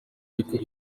ariko